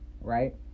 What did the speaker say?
right